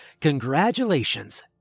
Congratulations